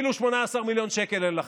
אפילו 18 מיליון שקל אין לכם.